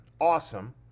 Awesome